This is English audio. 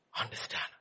Understand